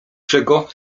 czego